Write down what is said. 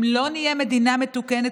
אם לא נהיה מדינה מתוקנת,